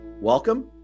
welcome